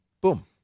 boom